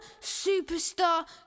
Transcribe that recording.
superstar